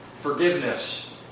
forgiveness